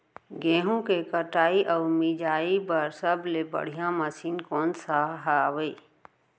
गेहूँ के कटाई अऊ मिंजाई बर सबले बढ़िया मशीन कोन सा हवये?